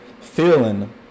feeling